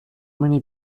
many